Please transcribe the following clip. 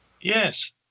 Yes